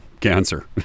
Cancer